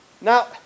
Now